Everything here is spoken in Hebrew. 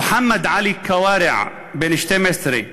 מוחמד עלי כוארע, בן 12,